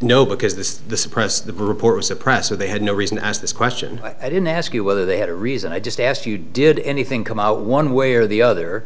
no because this is the suppress the reporters the press so they had no reason to ask this question i didn't ask you whether they had a reason i just asked you did anything come out one way or the other